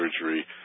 surgery